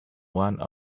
one